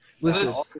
Listen